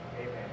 Amen